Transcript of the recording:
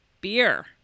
beer